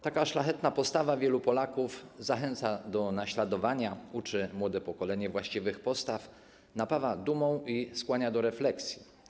Taka szlachetna postawa wielu Polaków zachęca do naśladowania, uczy młode pokolenie właściwych postaw, napawa dumą i skłania do refleksji.